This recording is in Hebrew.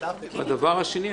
והדבר השני,